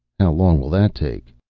long will that take?